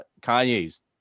kanye's